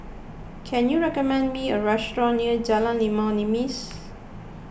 can you recommend me a restaurant near Jalan Limau Nipis